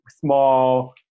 small